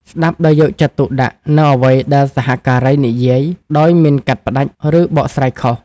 ស្តាប់ដោយយកចិត្តទុកដាក់នូវអ្វីដែលសហការីនិយាយ ដោយមិនកាត់ផ្តាច់ ឬបកស្រាយខុស។